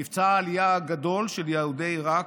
מבצע העלייה הגדול של יהודי עיראק,